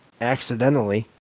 accidentally